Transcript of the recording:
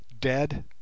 dead